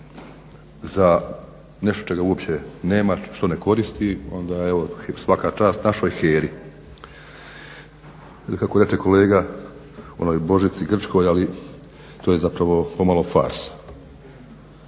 za nešto čega uopće nema, što ne koristi, onda evo svaka čast našoj HERA-i. Jer kako reče kolega o onoj božici grčkoj, ali to je zapravo pomalo farsa.